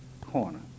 corner